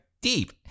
deep